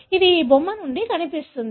ఇది ఈ బొమ్మ నుండి కనిపిస్తుంది